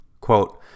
Quote